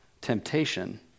temptation